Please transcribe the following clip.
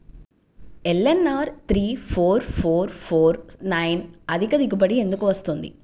LNR three four four four nine అధిక దిగుబడి ఎందుకు వస్తుంది?